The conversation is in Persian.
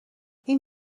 این